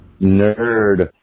nerd